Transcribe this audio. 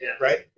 Right